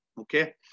okay